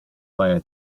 via